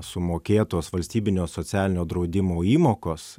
sumokėtos valstybinio socialinio draudimo įmokos